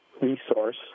resource